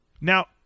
Now